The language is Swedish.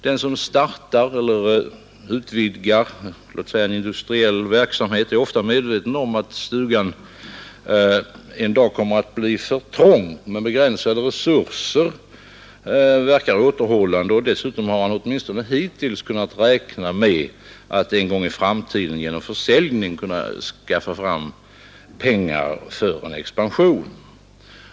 Den som startar eller utvidgar en industriell verksamhet är ofta medveten om att stugan en dag kommer att bli för trång, men begränsade resurser verkar återhållande, och dessutom har han åtminstone hittills kunnat räkna med att en gång i framtiden genom försäljning skaffa fram pengar för en sådan expansion.